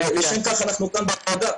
לשם כך אנחנו כאן בוועדה.